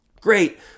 Great